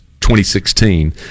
2016